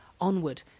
onward